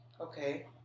Okay